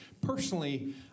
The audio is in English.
personally